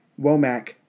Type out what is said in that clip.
Womack